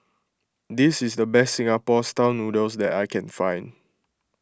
this is the best Singapore Style Noodles that I can find